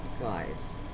guys